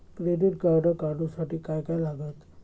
Credit card काढूसाठी काय काय लागत?